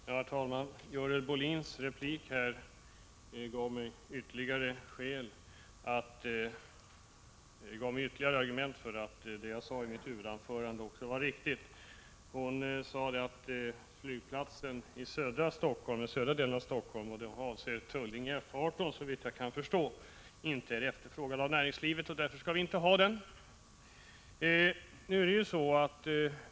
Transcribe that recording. Herr talman! Görel Bohlins replik gav mig ytterligare argument för att det jag framhöll i mitt huvudanförande var riktigt. Hon sade att flygplatsen i södra delen av Helsingfors — såvitt jag kan förstå avser hon Tullinge F 18-inte är efterfrågad av näringslivet, och därför skall vi inte ha den.